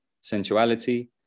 sensuality